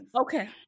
Okay